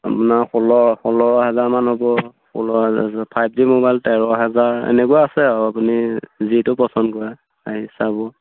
আপোনাৰ ষোল্ল ষোল্ল হাজাৰমান হ'ব ষোল্ল হাজাৰৰ ফাইভ জি মোবাইল তেৰ হাজাৰ এনেকুৱা আছে আৰু আপুনি যিটো পচন্দ কৰে আহি চাব